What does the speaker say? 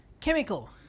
Chemical